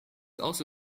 also